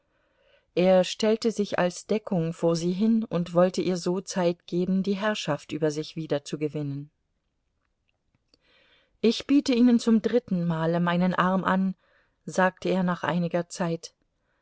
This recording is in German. er stellte sich als deckung vor sie hin und wollte ihr so zeit geben die herrschaft über sich wiederzugewinnen ich biete ihnen zum dritten male meinen arm an sagte er nach einiger zeit